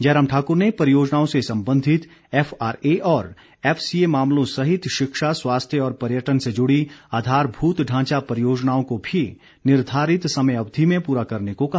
जयराम ठाक्र ने परियोजनाओं से संबंधित एफआरए और एफसीए मामलों सहित शिक्षा स्वास्थ्य और पर्यटन से जुड़ी आधारभूत ढांचा परियोजनाओं को भी निर्धारित समय अवधि में पूरा करने को कहा